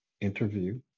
interview